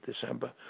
December